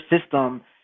system